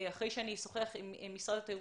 אחרי שאני אשוחח עם משרד התיירות.